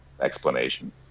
explanation